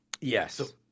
yes